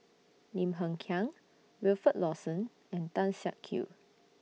Lim Hng Kiang Wilfed Lawson and Tan Siak Kew